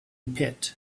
pit